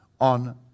on